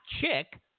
chick